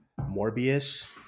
Morbius